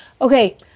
okay